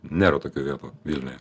nėra tokių vietų vilniuje